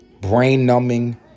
brain-numbing